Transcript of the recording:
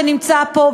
שנמצא פה,